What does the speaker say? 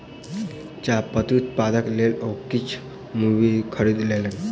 चाह पत्ती उत्पादनक लेल ओ किछ भूमि खरीद लेलैन